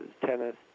tennis